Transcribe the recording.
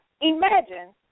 imagine